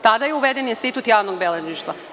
Tada je uveden institut javnog beležništva.